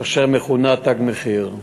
אשר מכונה "תג מחיר",